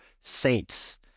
saints